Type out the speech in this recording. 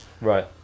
Right